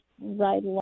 right